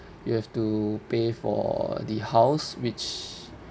you have to pay for the house which